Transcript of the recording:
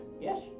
Yes